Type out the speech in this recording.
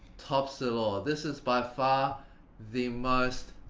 tops it all. this is by far the most.